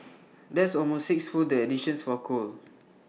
that's almost sixfold the additions for coal